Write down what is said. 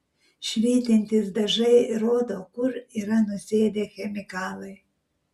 švytintys dažai rodo kur yra nusėdę chemikalai